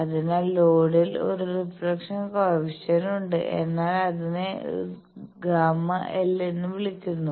അതിനാൽ ലോഡിൽ ഒരു റിഫ്ളക്ഷൻ കോയെഫിഷ്യന്റ് ഉണ്ട് എന്നാൽ അതിനെ ΓL എന്ന് വിളിക്കുന്നു